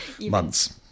months